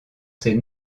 ses